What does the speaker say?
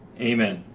amen.